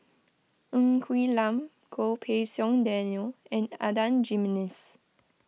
Ng Quee Lam Goh Pei Siong Daniel and Adan Jimenez